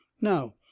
now